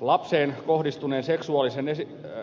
lapseen kohdistuneen